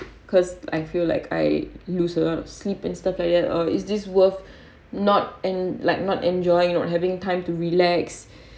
cause I feel like I lose a lot of sleep and stuff like that or is this worth not and like not enjoying or having time to relax